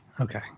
Okay